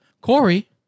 Corey